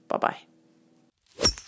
Bye-bye